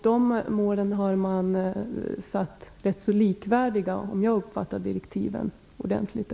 De målen är rätt likvärdiga om jag uppfattat direktiven rätt.